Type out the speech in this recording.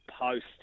post